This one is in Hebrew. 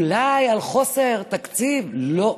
אולי על חוסר תקציב, לא.